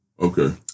Okay